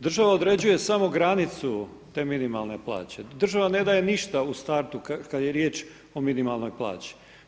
Država određuje samo granicu te minimalne plaće, država ne daje ništa u startu kada je riječ o minimalnoj plaći.